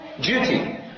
duty